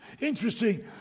Interesting